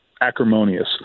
Acrimonious